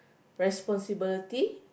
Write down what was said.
responsibility